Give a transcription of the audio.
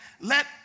Let